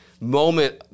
moment